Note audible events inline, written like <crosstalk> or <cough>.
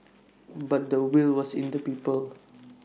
<noise> but the will was in the people